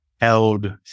held